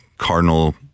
Cardinal